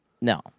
No